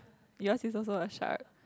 yours is also a shark